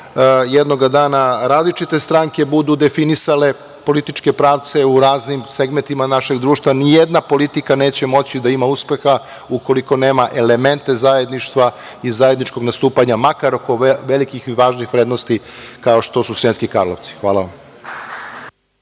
jednog dana različite stranke budu definisale političke pravde u raznim segmentima našeg društva, ni jedna politika neće moći da ima uspeha ukoliko nema elemente zajedništva i zajedničkog nastupanja, makar oko velikih i važnih vrednosti kao što su Sremski Karlovci. Hvala vam.